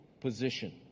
position